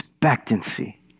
Expectancy